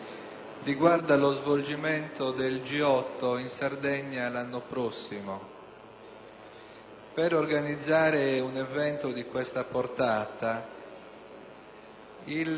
Per organizzare un evento di questa portata, il Governo ha ritenuto legittimamente, e direi doverosamente,